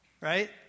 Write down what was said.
right